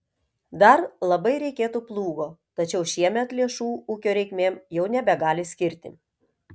dar labai reikėtų plūgo tačiau šiemet lėšų ūkio reikmėm jau nebegali skirti